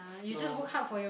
no